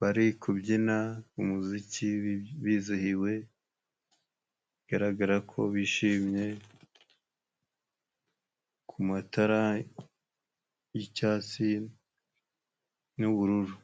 bari kubyina umuziki bizihiwe bigaragara ko bishimye kumatara y'icyatsi n'ubururu.